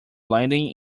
landing